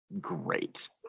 great